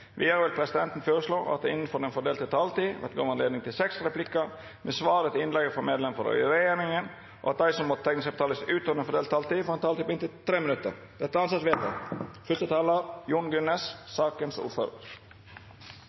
Vidare vil presidenten føreslå at det – innanfor den fordelte taletida – vert gjeve anledning til inntil seks replikkar med svar etter innlegg frå medlemer av regjeringa, og at dei som måtte teikna seg på talarlista utover den fordelte taletida, får ei taletid på inntil 3 minutt.